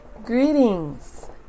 Greetings